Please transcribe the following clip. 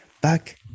back